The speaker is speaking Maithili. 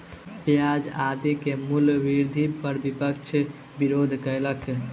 प्याज आदि के मूल्य वृद्धि पर विपक्ष विरोध कयलक